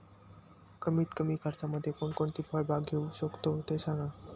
कमीत कमी खर्चामध्ये कोणकोणती फळबाग घेऊ शकतो ते सांगा